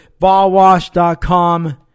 BallWash.com